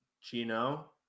Chino